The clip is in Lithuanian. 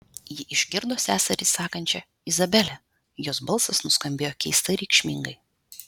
ji išgirdo seserį sakančią izabele jos balsas nuskambėjo keistai reikšmingai